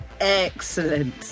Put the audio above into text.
Excellent